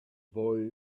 boy